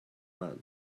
man